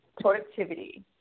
productivity